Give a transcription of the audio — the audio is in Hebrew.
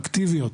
אקטיביות,